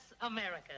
America